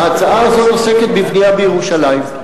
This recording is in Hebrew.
ההצעה הזאת עוסקת בבנייה בירושלים,